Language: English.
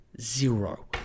Zero